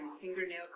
fingernail